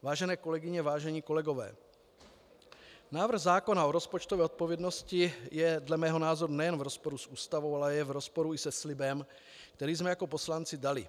Vážené kolegyně, vážení kolegové, návrh zákona o rozpočtové odpovědnosti je dle mého názoru nejenom v rozporu s Ústavou, ale je v rozporu i se slibem, který jsme jako poslanci dali.